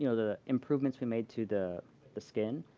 you know the improvements we made to the the skin